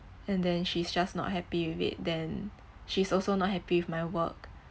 and then she's just not happy with it then she's also not happy with my work